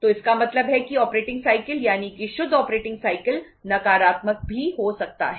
तो इसका मतलब है कि मारुति नकारात्मक भी हो सकता है